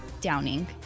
downing